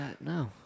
No